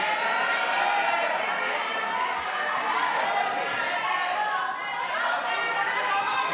ההצעה להעביר את הנושא לוועדה לא נתקבלה.